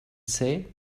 say